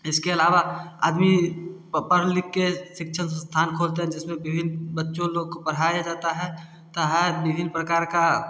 इसके अलावा आदमी पा पढ़ लिख के शिक्षण संसथान खोलते हैं जिसमे विभिन्न बच्चों लोग को पढ़ाया जाता है आता है विभिन्न प्रकार का